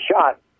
shot